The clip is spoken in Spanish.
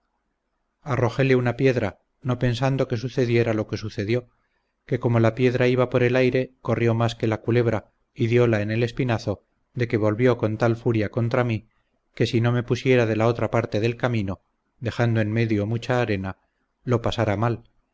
arrojéle una piedra no pensando que sucediera lo que sucedió que como la piedra iba por el aire corrió más que la culebra y diola en el espinazo de que volvió con tal furia contra mí que si no me pusiera de la otra parte del camino dejando en medio mucha arena lo pasara mal